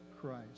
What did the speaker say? Christ